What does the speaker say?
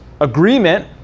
agreement